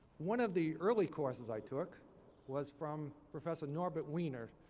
one of the early courses i took was from professor norbert wiener.